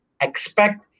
expect